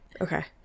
Okay